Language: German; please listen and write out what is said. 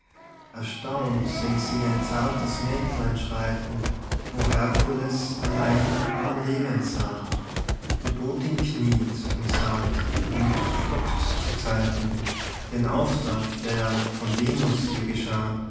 erstaunt seh'n sie ein zartes mägdlein schreiten wo herkules allein man lebend sah die botin kniet und sagt und stockt zu zeiten den auftrag der von venus ihr geschah